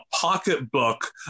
Pocketbook